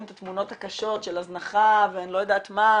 את התמונות הקשות של הזנחה ואני לא יודעת מה,